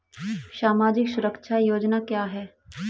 सामाजिक सुरक्षा योजना क्या है?